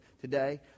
today